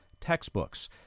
textbooks